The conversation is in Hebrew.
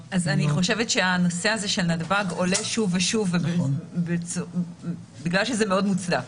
אני חושבת שהנושא של נתב"ג עולה שוב ושוב בגלל שזה מאוד מוצדק.